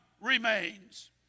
remains